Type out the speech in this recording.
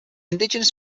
indigenous